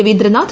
Ravindranath